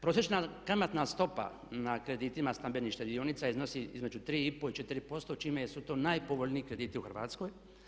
Prosječna kamatna stopa na kreditima stambenih štedionica iznosi između 3 i pol, 4% čime su to najpovoljniji krediti u Hrvatskoj.